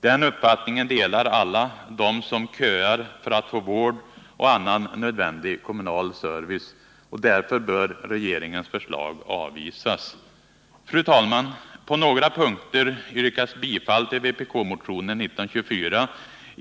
Den uppfattningen delar alla de som köar för att få vård och annan nödvändig kommunal service. Därför bör regeringens förslag avvisas. Fru talman! På några punkter yrkas i socialdemokratiska reservationer bifall till vpk-motionen 1924 —